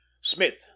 smith